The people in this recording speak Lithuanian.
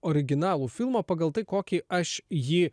originalų filmą pagal tai kokį aš jį